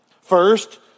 First